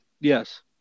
Yes